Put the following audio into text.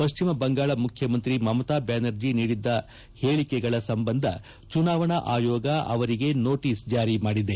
ಪಶ್ಚಿಮ ಬಂಗಾಳ ಮುಖ್ಯಮಂತ್ರಿ ಮಮತಾ ಬ್ನಾನರ್ಜಿ ನೀಡಿದ್ದ ಹೇಳಿಕೆಗಳ ಸಂಬಂಧ ಚುನಾವಣಾ ಆಯೋಗ ಆವರಿಗೆ ನೋಟಸ್ ಜಾರಿ ಮಾಡಿದೆ